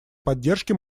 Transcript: поддержке